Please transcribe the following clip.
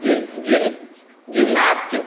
gym gymnast